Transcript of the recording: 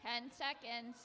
ten seconds